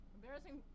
Embarrassing